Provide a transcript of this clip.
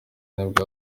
nibwo